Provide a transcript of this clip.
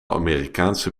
amerikaanse